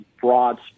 broad